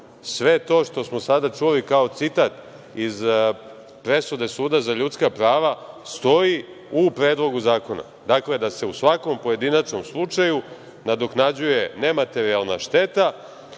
to što smo sada čuli kao citat iz presude suda za ljudska prava stoji u Predlogu zakona, dakle, da se u svakom pojedinačnom slučaju nadoknađuje nematerijalna šteta,